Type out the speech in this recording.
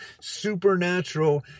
supernatural